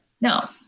No